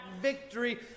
victory